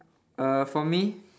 uh for me